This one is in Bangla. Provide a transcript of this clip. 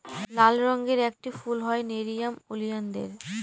লাল রঙের একটি ফুল হয় নেরিয়াম ওলিয়ানদের